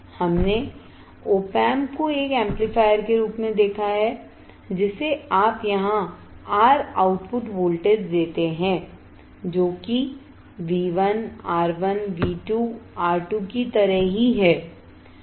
हमने op amp को एक एम्पलीफायर के रूप में देखा है जिसे आप यहाँ R आउटपुट वोल्टेज देते हैं जो कि V1 R1 V2 R2 की तरह है